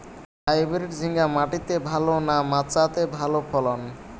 Hybrid ঝিঙ্গা মাটিতে ভালো না মাচাতে ভালো ফলন?